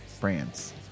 brands